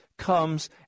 Comes